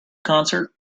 concert